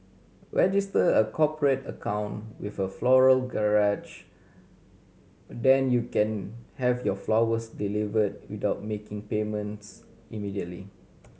register a cooperate account with a Floral Garage then you can have your flowers delivered without making payments immediately